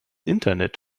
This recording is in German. internet